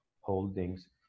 holdings